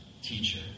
teacher